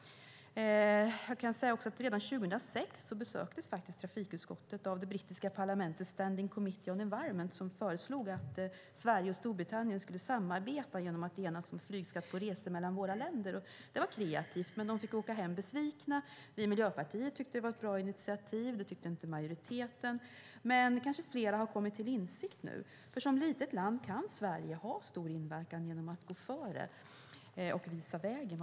Redan 2006 besöktes trafikutskottet av det brittiska parlamentets Standing Committee of Environment som föreslog att Sverige och Storbritannien skulle samarbeta genom att enas om en flygskatt på resor mellan våra länder. Det var kreativt, men de fick åka hem besvikna. Vi i Miljöpartiet tyckte att det var ett bra initiativ; det tyckte inte majoriteten. Fler kanske har kommit till insikt nu. Som litet land kan Sverige ha stor inverkan genom att gå före och visa vägen.